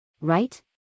Right